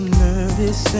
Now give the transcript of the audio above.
nervous